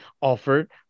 offered